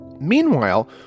Meanwhile